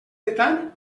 detall